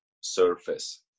surface